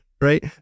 right